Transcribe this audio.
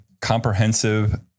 comprehensive